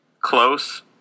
close